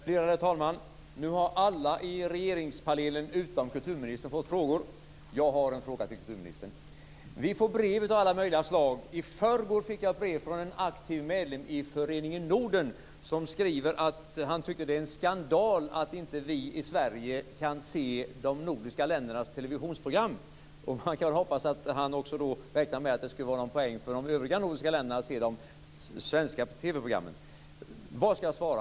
Värderade talman! Nu har alla i regeringspanelen utom kulturministern fått frågor. Jag har en fråga till kulturministern. Vi får brev av alla möjliga olika slag. I förrgår fick jag ett brev från en aktiv medlem i föreningen Norden. Han skriver att han tycker att det är en skandal att inte vi i Sverige kan se de nordiska ländernas televisionsprogram. Och man kan väl hoppas att han då också räknar med att det skulle vara en poäng för de övriga nordiska länderna att se de svenska TV programmen. Vad skall jag svara?